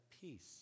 peace